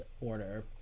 order